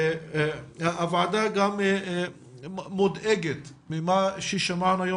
הוועדה גם מודאגת ממה ששמענו היום